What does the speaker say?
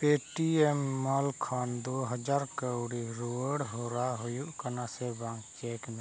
Paytm ᱢᱚᱞ ᱠᱷᱚᱱ ᱫᱩ ᱦᱟᱡᱟᱨ ᱠᱟᱹᱣᱰᱤ ᱨᱩᱣᱟᱹᱲ ᱦᱚᱨᱟ ᱦᱩᱭᱩᱜ ᱠᱟᱱᱟ ᱥᱮᱵᱟᱝ ᱪᱮᱠ ᱢᱮ